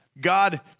God